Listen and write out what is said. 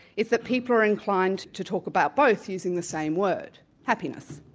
is that people are inclined to talk about both, using the same word, happiness.